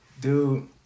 Dude